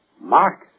Mark